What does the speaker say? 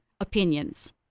opinions